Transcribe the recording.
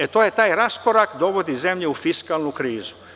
E, to je, taj raskorak dovodi zemlju u krizu.